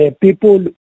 People